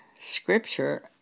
scripture